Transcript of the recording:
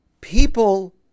people